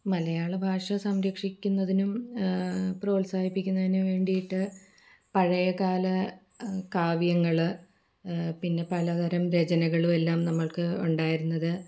മലയാള ഭാഷ സംരക്ഷിക്കുന്നതിനും പോത്സാഹിപ്പിക്കുന്നതിന് വേണ്ടിയിട്ട് പഴയകാല കാവ്യങ്ങൾ പിന്നെ പലതരം രചനകളും എല്ലാം നമ്മൾക്ക് ഉണ്ടായിരുന്നത്